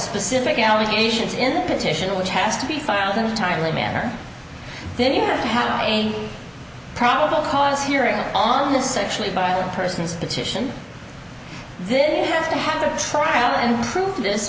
specific allegations in the petition which has to be filed in a timely manner then you have a probable cause hearing on the sexually violent persons petition this has to have a trial and prove this